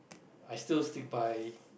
I still stick by